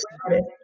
started